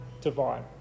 divine